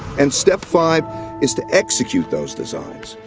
and step five is to execute those designs,